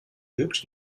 wirkt